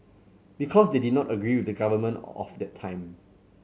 because they did not agree with the government of that time